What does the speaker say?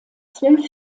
zwölf